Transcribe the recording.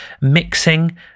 mixing